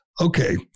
okay